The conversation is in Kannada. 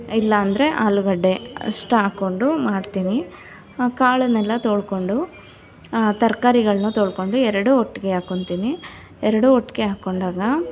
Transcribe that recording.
ಇಲ್ಲ ಅಂದರೆ ಆಲೂಗಡ್ಡೆ ಅಷ್ಟು ಹಾಕ್ಕೊಂಡು ಮಾಡ್ತೀನಿ ಕಾಳನ್ನೆಲ್ಲ ತೊಳ್ಕೊಂಡು ತರ್ಕಾರಿಗಳನ್ನೂ ತೊಳ್ಕೊಂಡು ಎರಡು ಒಟ್ಟಿಗೆ ಹಾಕೊಳ್ತೀನಿ ಎರಡು ಒಟ್ಟಿಗೆ ಹಾಕ್ಕೊಂಡಾಗ